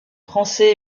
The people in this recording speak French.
français